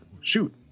shoot